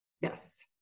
Yes